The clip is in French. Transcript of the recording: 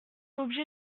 obligé